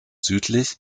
südlich